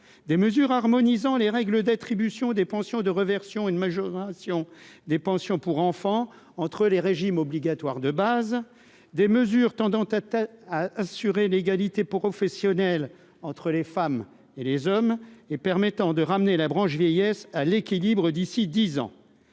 des mesures harmonisant les règles d'attribution des pensions de réversion une majoration des pensions pour enfants entre les régimes obligatoires de base des mesures tendant ta tête à assurer l'égalité professionnelle entre les femmes et les hommes, et permettant de ramener la branche vieillesse à l'équilibre d'ici 10 ans